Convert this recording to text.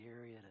area